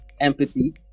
empathy